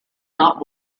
not